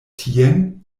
tien